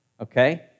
Okay